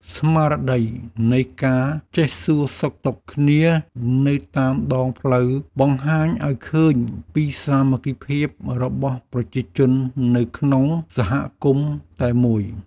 ស្មារតីនៃការចេះសួរសុខទុក្ខគ្នានៅតាមដងផ្លូវបង្ហាញឱ្យឃើញពីសាមគ្គីភាពរបស់ប្រជាជននៅក្នុងសហគមន៍តែមួយ។